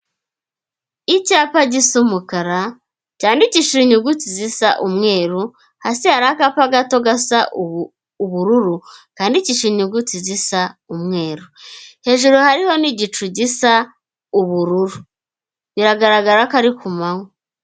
Icyapa gisa umukara cyandikishije inyuguti zisa umweru, hasi harikapa gato gasa ubururu handikisha inyuguti zisa umweru hejuru hariho nigicu gisa ubururu. Biragaragara ko ari ku manywa.